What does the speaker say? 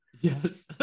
Yes